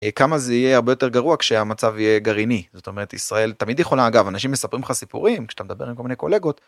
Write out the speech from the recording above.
כמה זה יהיה הרבה יותר גרוע כשהמצב יהיה גרעיני. זאת אומרת ישראל תמיד יכולה, אגב, אנשים מספרים לך סיפורים, כשאתה מדבר עם כל מיני קולגות.